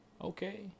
okay